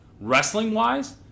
Wrestling-wise